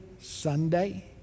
Sunday